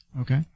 Okay